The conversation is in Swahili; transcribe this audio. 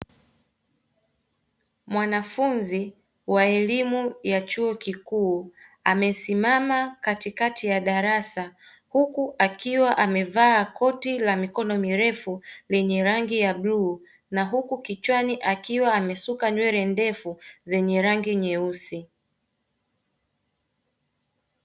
Mwanafunzi wa elimu ya chuo kikuu amesimama katikati ya darasa huku akiwa amevaa koti la mikono mirefu, lenye rangi ya bluu na huku kichwani akiwa amesuka nywele ndefu zenye rangi nyeusi.